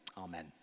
Amen